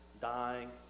dying